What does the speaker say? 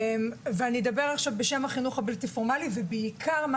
אני אדבר עכשיו בשם החינוך הבלתי פורמלי ובעיקר מה